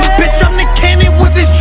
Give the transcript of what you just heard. bitch, i'm nick cannon with this